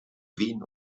wien